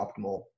optimal